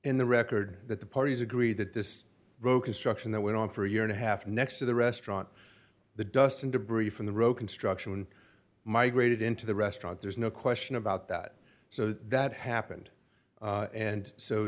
in the record that the parties agreed that this broken structure that went on for a year and a half next to the restaurant the dust and debris from the road construction migrated into the restaurant there's no question about that so that happened and so